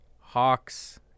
Hawks